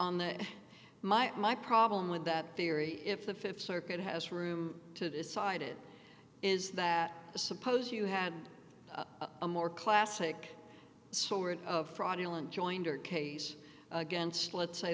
might my problem with that theory if the fifth circuit has room to decide it is that suppose you had a more classic sort of fraudulent joinder case against let's say